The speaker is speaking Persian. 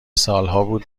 سالهابود